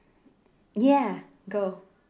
ya go